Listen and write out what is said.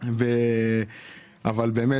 באמת,